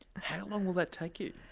how long will that take you?